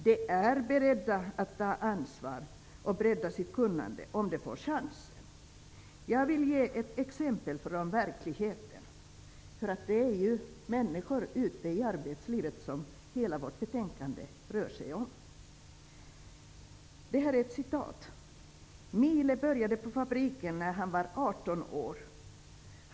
De är beredda att ta ansvar och bredda sitt kunnande om de får chansen. Jag vill ge ett exempel från verkligheten, eftersom hela vårt betänkande rör människor ute i arbetslivet. Följande citat är hämtat från en nyutkommen rapport till Statens invandrarverk. Den heter Invandrare i svenskt arbetsliv: ''Mile började på Fabriken när han var 18 år.